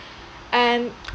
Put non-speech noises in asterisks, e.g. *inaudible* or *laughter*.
and *noise*